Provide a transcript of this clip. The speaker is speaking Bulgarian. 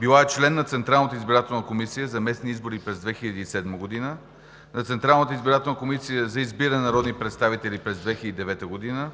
Била е член на Централната избирателна комисия за местни избори през 2007 г., на Централната избирателна комисия за избиране на народни представители през 2009 г.,